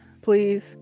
please